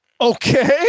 Okay